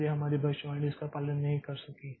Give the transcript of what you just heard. इसलिए हमारी भविष्यवाणी इसका पालन नहीं कर सकी